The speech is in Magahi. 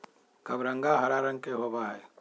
कबरंगा हरा रंग के होबा हई